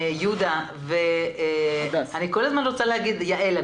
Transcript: אני רוצה להודות ליהודה מירון ולהדס